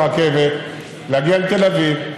להגיע לתל אביב,